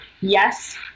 yes